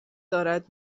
دارد